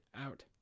out